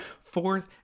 fourth